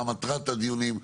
מה מטרת הדיונים?